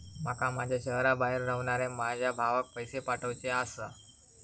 माका माझ्या शहराबाहेर रव्हनाऱ्या माझ्या भावाक पैसे पाठवुचे आसा